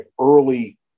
early